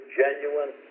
genuine